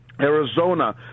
Arizona